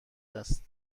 است